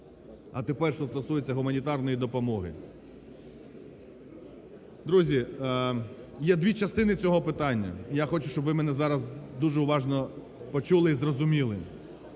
А тепер, що стосується гуманітарної допомоги. Друзі, є дві частини цього питання, і я хочу, щоб ви мене зараз дуже уважно почули і зрозуміли.